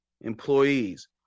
employees